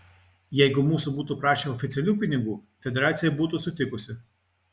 jeigu mūsų būtų prašę oficialių pinigų federacija būtų sutikusi